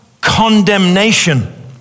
condemnation